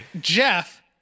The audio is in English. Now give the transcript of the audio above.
Jeff